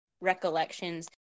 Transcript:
recollections